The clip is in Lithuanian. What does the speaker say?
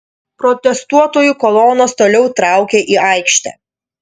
protestuotojų kolonos toliau traukia į aikštę